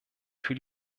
für